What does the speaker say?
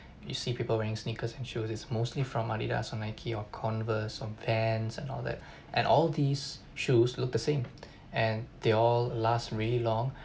you see people wearing sneakers and shoes is mostly from Adidas and Nike or Converse or Vans and all that and all these shoes look the same and they all last really long